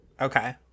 okay